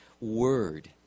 word